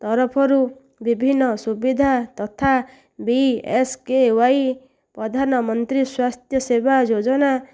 ତରଫରୁ ବିଭିନ୍ନ ସୁବିଧା ତଥା ବି ଏସ କେ ୱାଇ ପ୍ରଧାନମନ୍ତ୍ରୀ ସ୍ଵାସ୍ଥ୍ୟ ସେବା ଯୋଜନା